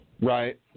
Right